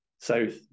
south